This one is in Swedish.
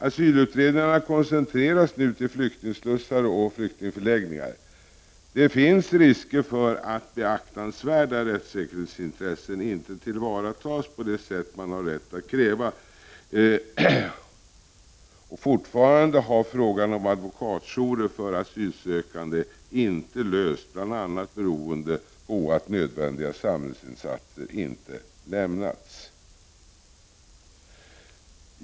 Asylutredningarna koncentreras nu till flyktingslussar och flyktingförläggningar. Det finns risker för att beaktansvärda rättssäkerhetsintressen inte tillvaratas på det sätt man har rätt att kräva. Fortfarande har frågan om advokatjourer för asylsökande inte lösts, bl.a. beroende på att nödvändiga samhällsinsatser inte har gjorts.